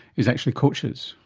is actually coaches.